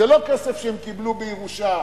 זה לא כסף שהם קיבלו בירושה,